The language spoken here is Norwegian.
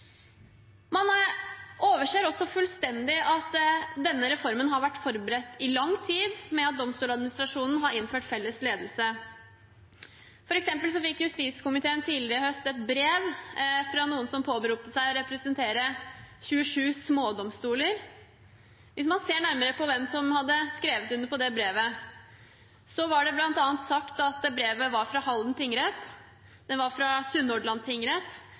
Man overser også fullstendig at denne reformen har vært forberedt i lang tid, ved at Domstoladministrasjonen har innført felles ledelse. For eksempel fikk justiskomiteen tidligere i høst et brev fra noen som påberopte seg å representere 27 smådomstoler. Hvis man ser nærmere på hvem som hadde skrevet under på det brevet, var det bl.a. sagt at det brevet var fra Halden tingrett, det var fra Sunnhordland tingrett,